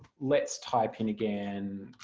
let's type in again